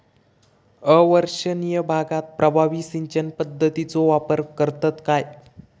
अवर्षणिय भागात प्रभावी सिंचन पद्धतीचो वापर करतत काय?